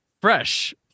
fresh